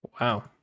wow